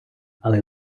але